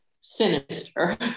sinister